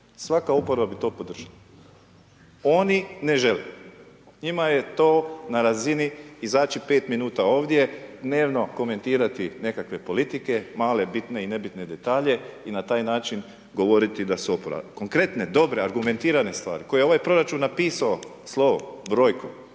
svaka oporba bi to podržala. Oni ne žele, njima je to na razini izaći 5 minuta ovdje, dnevno komentirati nekakve politike, male bitne i nebitne detalje, i na taj način govoriti da su .../Govornik se ne razumije./... konkretne, dobre, argumentirane stvari koje je ovaj proračun napis'o slovom, brojkom,